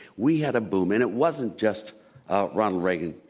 we had a boom, and it wasn't just ronald reagan.